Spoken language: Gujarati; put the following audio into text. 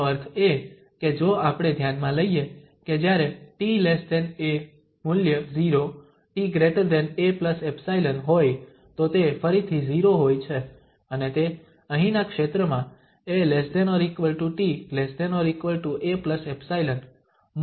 એનો અર્થ એ કે જો આપણે ધ્યાનમાં લઈએ કે જ્યારે ta મૂલ્ય 0 ta𝜖 હોય તો તે ફરીથી 0 હોય છે અને તે અહીંના ક્ષેત્રમાં a ≤ t≤ a𝜖 મૂલ્ય 1𝜖 છે